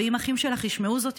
ואם האחים שלך ישמעו זאת,